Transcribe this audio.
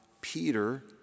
Peter